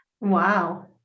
Wow